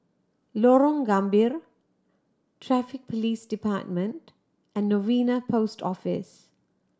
Lorong Gambir Traffic Police Department and Novena Post Office